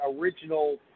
original